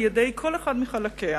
על-ידי כל אחד מחלקיה,